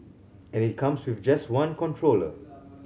and it comes with just one controller